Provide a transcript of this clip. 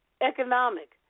economic